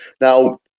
Now